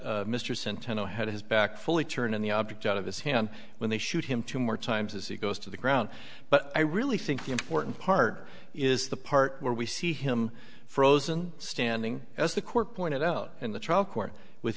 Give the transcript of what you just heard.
centeno had his back fully turned in the object out of his hand when they shoot him two more times as he goes to the ground but i really think the important part is the part where we see him frozen standing as the court pointed out in the